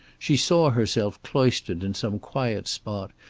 she saw herself cloistered in some quiet spot,